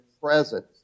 presence